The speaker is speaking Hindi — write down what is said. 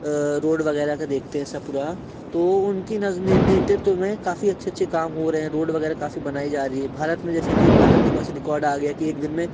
रोड वगैरह को देखते हैं सब पूरा तो उनकी नेतृत्व में काफ़ी अच्छे अच्छे काम हो रहे हैं रोड वगैरह काफ़ी बनाई जा रही हैं भारत में जैसे कि भारत के पास रिकॉर्ड आ गया है कि एक दिन में